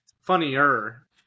funnier